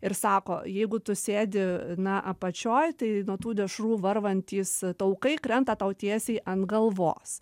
ir sako jeigu tu sėdi na apačioj tai nuo tų dešrų varvantys taukai krenta tau tiesiai ant galvos